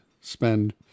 spend